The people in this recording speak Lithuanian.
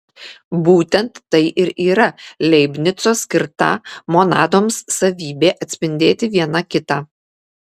būtent tai ir yra leibnico skirta monadoms savybė atspindėti viena kitą